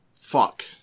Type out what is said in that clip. Fuck